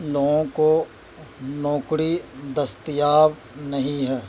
لوگوں کو نوکری دستیاب نہیں ہے